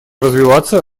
развиваться